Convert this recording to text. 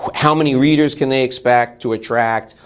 how many readers can they expect to attract,